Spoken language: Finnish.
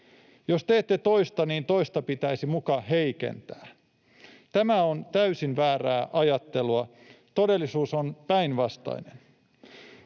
Jos teette toista, niin toista pitäisi muka heikentää. Tämä on täysin väärää ajattelua. Todellisuus on päinvastainen.